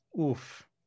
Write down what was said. Oof